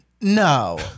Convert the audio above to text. No